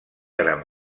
gran